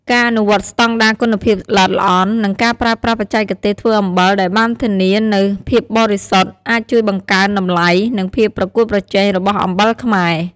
ការអនុវត្តស្តង់ដារគុណភាពល្អិតល្អន់ និងការប្រើប្រាស់បច្ចេកទេសធ្វើអំបិលដែលធានាបាននូវភាពបរិសុទ្ធ អាចជួយបង្កើនតម្លៃ និងភាពប្រកួតប្រជែងរបស់អំបិលខ្មែរ។